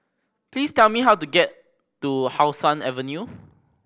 please tell me how to get to How Sun Avenue